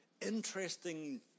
interesting